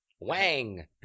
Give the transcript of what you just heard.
Wang